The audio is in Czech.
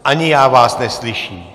Ani já vás neslyším.